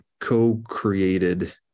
co-created